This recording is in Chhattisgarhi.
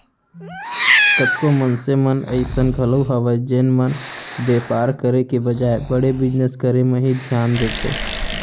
कतको मनसे मन अइसन घलौ हवय जेन मन बेपार करे के बजाय बड़े बिजनेस करे म ही धियान देथे